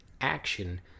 action